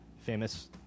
famous